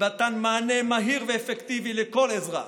במתן מענה מהיר ואפקטיבי לכל אזרח.